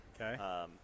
Okay